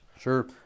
Sure